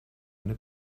eine